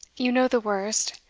you know the worst,